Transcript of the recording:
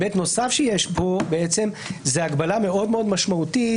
היבט נוסף שיש זה הגבלה מאוד מאוד משמעותית